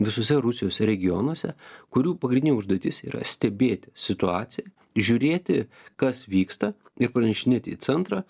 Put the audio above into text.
visuose rusijos regionuose kurių pagrindinė užduotis yra stebėti situaciją žiūrėti kas vyksta ir pranešinėti į centrą